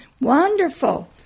wonderful